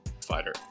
fighter